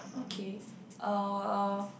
okay uh